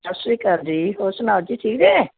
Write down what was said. ਸਤਿ ਸ਼੍ਰੀ ਅਕਾਲ ਜੀ ਹੋਰ ਸੁਣਾਓ ਜੀ ਠੀਕ ਹੈ